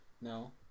No